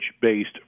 based